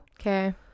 Okay